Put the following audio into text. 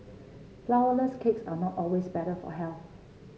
flourless cakes are not always better for health